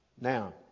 Now